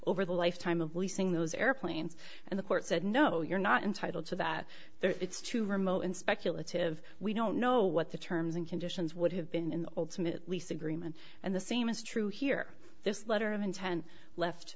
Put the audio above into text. over the lifetime of leasing those airplanes and the court said no you're not entitled to that there it's too remote and speculative we don't know what the terms and conditions would have been in the ultimate lease agreement and the same is true here this letter of intent left